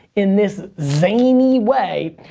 in this zany way,